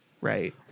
right